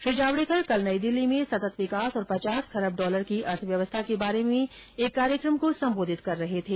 श्री जावड़ेकर कल नई दिल्ली में सतत विकास और पचास खरब डॉलर की अर्थव्यवस्था के बारे में एक कार्यक्रम को संबोधित कर रहे थे